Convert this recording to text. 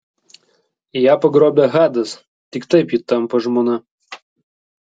ją pagrobia hadas tik taip ji tampa žmona